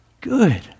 good